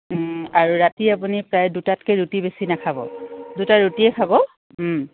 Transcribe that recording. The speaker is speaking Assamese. আৰু ৰাতি আপুনি প্ৰায় দুটাতকৈ ৰুটি বেছি নাখাব দুটা ৰুটিয়ে খাব